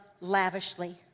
lavishly